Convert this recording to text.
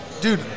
Dude